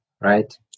right